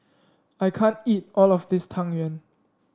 I can't eat all of this Tang Yuen